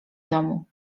domu